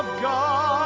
god